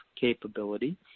capability